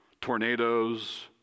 tornadoes